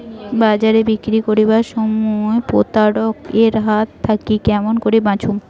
বাজারে বিক্রি করিবার সময় প্রতারক এর হাত থাকি কেমন করি বাঁচিমু?